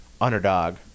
underdog